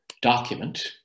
document